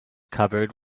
cupboard